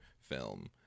film